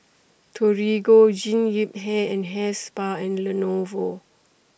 Torigo Jean Yip Hair and Hair Spa and Lenovo